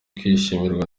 kwishimirwa